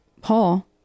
Paul